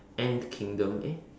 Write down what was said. ant kingdom eh